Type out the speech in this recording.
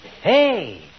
Hey